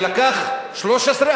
שלקח לו 13,